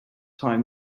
time